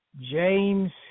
James